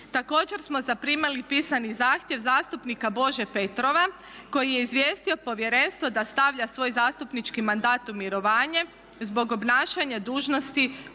Također smo zaprimili pisani zahtjev zastupnika Bože Petrova koji je izvijestio povjerenstvo da stavlja svoj zastupnički mandat u mirovanje zbog obnašanja dužnosti